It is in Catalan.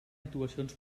actuacions